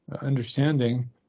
understanding